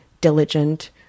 diligent